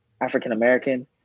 African-American